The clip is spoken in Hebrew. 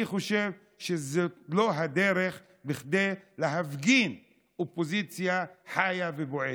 אני חושב שזאת לא הדרך להפגין אופוזיציה חיה ובועטת.